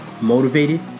motivated